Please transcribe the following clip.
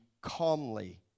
calmly